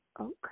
Okay